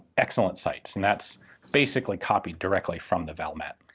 excellent sights, and that's basically copied directly from the valmet.